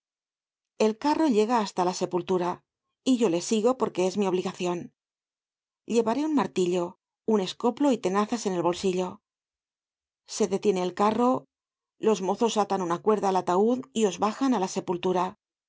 el carro llega hasta la sepultura y yo le sigo porque es mi obligacion llevaré un martillo un escoplo y tenazas en el bolsillo se detiene el carro los mozos atan una cuerda al ataud y os bajan á la sepultura